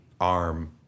arm